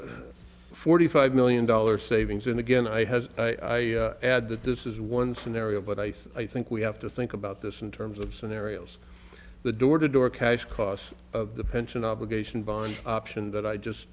so forty five million dollars savings and again i has i add that this is one scenario but i think we have to think about this in terms of scenarios the door to door cash cost of the pension obligation bonds option that i just